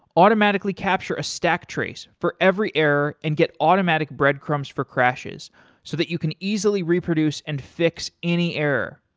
automatically capture a stack trace for every error and get automatic breadcrumbs for crashes so that you can easily reproduce and fix any error.